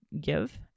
give